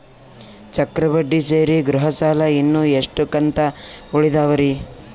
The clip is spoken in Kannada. ಚಕ್ರ ಬಡ್ಡಿ ಸೇರಿ ಗೃಹ ಸಾಲ ಇನ್ನು ಎಷ್ಟ ಕಂತ ಉಳಿದಾವರಿ?